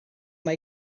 mae